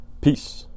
Peace